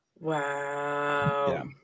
wow